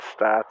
stats